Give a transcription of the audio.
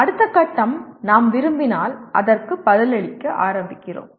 அடுத்த கட்டம் நாம் விரும்பினால் அதற்கு பதிலளிக்க ஆரம்பிக்கிறோம்